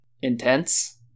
intense